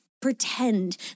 pretend